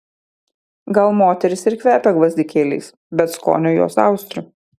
gal moterys ir kvepia gvazdikėliais bet skonio jos austrių